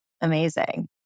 Amazing